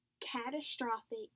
catastrophic